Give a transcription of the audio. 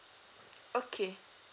okay